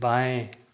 बाएँ